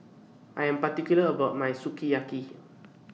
I Am particular about My Sukiyaki